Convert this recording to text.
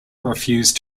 refused